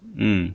嗯